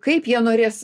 kaip jie norės